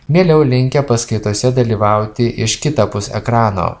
mieliau linkę paskaitose dalyvauti iš kitapus ekrano